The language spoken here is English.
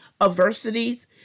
adversities